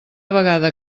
vegada